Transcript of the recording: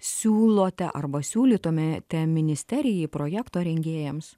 siūlote arba siūlytumėte ministerijai projekto rengėjams